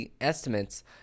estimates